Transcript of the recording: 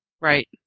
Right